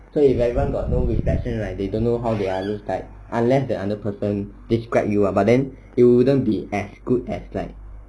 so if everyone got no perception like this they don't know how they all look like unless the other person describe you ah but then it wouldn't be as good as like